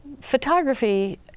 photography